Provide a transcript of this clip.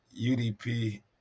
UDP